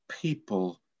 people